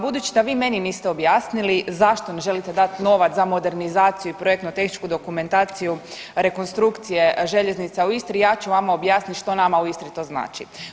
Budući da vi meni niste objasnili zašto ne želite dati novac za modernizaciju i projektno tehničku dokumentaciju rekonstrukcije željeznica u Istri, ja ću vama objasnit što nama u Istri to znači.